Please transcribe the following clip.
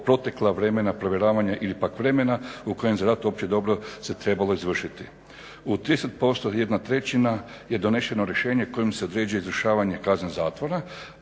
protekla vremena provjeravanja ili pak vremena u kojem za rad za opće dobro se trebalo izvršiti. U 30% 1/3 je donešeno rješenje kojem se određuje izvršavanje kazne zatvora,